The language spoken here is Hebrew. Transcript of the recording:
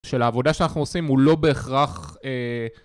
של העבודה שאנחנו עושים הוא לא בהכרח